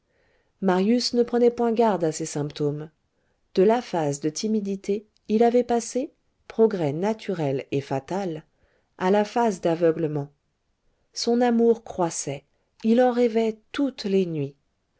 marius ne prenait point garde à ces symptômes de la phase de timidité il avait passé progrès naturel et fatal à la phase d'aveuglement son amour croissait il en rêvait toutes les nuits